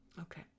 Okay